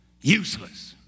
useless